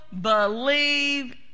Believe